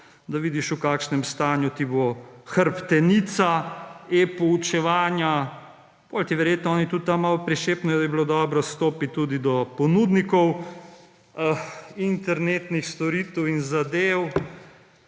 da vidiš v kakšnem stanju bo hrbtenica e-poučevanja, potem ti verjetno oni tudi tam prišepnejo, da bi bilo dobro stopiti tudi do ponudnikov internetnih storitev in zadev.